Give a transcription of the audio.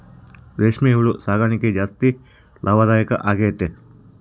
ರೇಷ್ಮೆ ಹುಳು ಸಾಕಣೆ ಜಾಸ್ತಿ ಲಾಭದಾಯ ಆಗೈತೆ